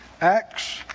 Acts